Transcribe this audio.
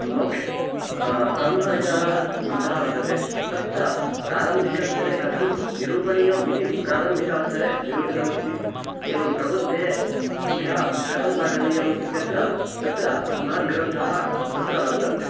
मोक्ष् ब्रह्मविचारः कृतः वर्तते तच्च प्रारम्भिकस्थरे कथं निरूपणीयम् इति प्रारम्भिक अवसरे निरूपितमस्ति एवं प्रबुद्धेभ्यः कथं पाठनीयम् इत्यत्र तत्र महद्ग्रन्थः तत्र वर्तते